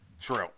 True